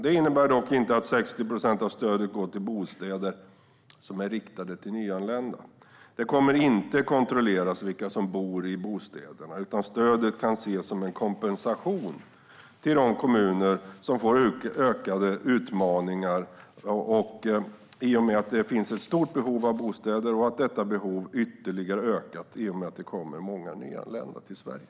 Detta innebär dock inte att 60 procent av stödet går till bostäder som är riktade till nyanlända. Det kommer inte att kontrolleras vilka som bor i bostäderna, utan stödet kan ses som en kompensation till de kommuner som står inför ökade utmaningar i och med att det finns ett stort behov av bostäder - ett behov som ökat ytterligare i takt med att det har kommit många nyanlända till Sverige.